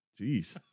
Jeez